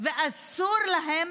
ואסור להן